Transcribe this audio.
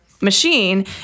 machine